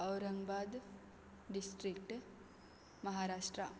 Aurangabad district Maharashtra